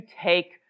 take